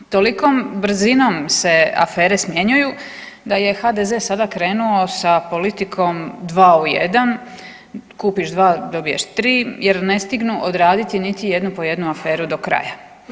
Tolikom brzinom se afere smjenjuju da je HDZ sada krenuo sa politikom 2 u 1, kupiš 2 dobiješ 3 jer ne stignu odraditi niti jednu po jednu aferu do kraja.